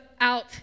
out